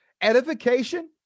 edification